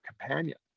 companion